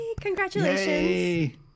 Congratulations